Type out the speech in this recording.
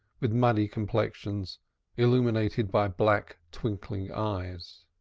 with muddy complexions illumined by black, twinkling eyes.